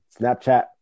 snapchat